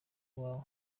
uwawe